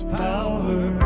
power